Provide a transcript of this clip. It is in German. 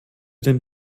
den